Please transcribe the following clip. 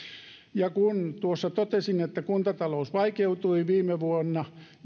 ja kun tuossa totesin että kuntatalous vaikeutui jo viime vuonna